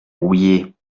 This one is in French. rouillés